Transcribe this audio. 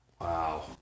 Wow